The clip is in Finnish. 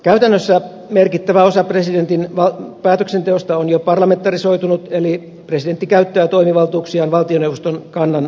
käytännössä merkittävä osa presidentin päätöksenteosta on jo parlamentarisoitunut eli presidentti käyttää toimivaltuuksiaan valtioneuvoston kannan mukaisesti